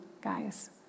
guys